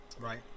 Right